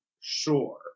sure